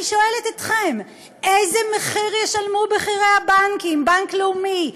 אני שואלת אתכם: איזה מחיר ישלמו בכירי הבנק בבנק לאומי,